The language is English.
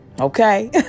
Okay